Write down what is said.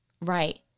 right